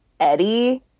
eddie